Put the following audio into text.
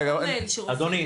רגע אדוני,